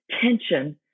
tension